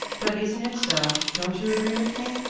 but isn't it so? don't you agree with me?